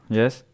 yes